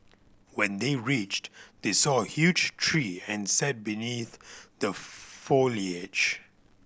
when they reached they saw a huge tree and sat beneath the foliage